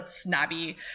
snobby